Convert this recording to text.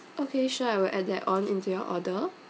okay sure I will add that on into your order